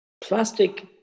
plastic